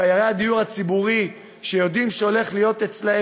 דיירי הדיור הציבורי שיודעים שהולכים להיות אצלם